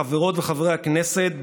חברות וחברי הכנסת,